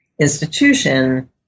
institution